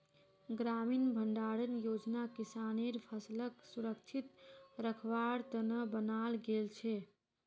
ग्रामीण भंडारण योजना किसानेर फसलक सुरक्षित रखवार त न बनाल गेल छेक